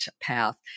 path